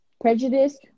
prejudice